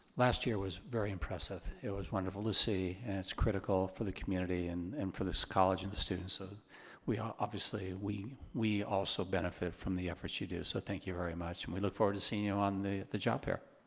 last year was very impressive. it was wonderful to see and it's critical for the community and and for this college and the students. so we all obviously, we we also benefit from the efforts you do so thank you very much and we look forward to seeing you on the the job fair.